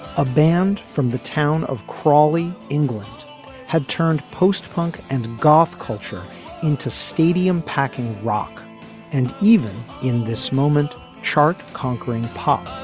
a band from the town of crawley england had turned post punk and goth culture into stadium packing rock and even in this moment chart conquering pop.